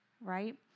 right